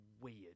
weird